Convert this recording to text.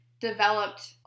developed